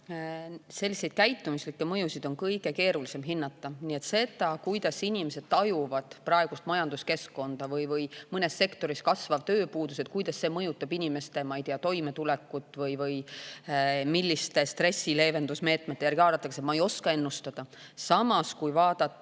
Selliseid käitumuslikke mõjusid on kõige keerulisem hinnata. Nii et seda, kuidas inimesed tajuvad praegust majanduskeskkonda, kuidas mõnes sektoris kasvav tööpuudus mõjutab inimeste toimetulekut või milliste stressi leevendavate meetmete järele haaratakse, ei oska ma ennustada. Samas, kui vaadata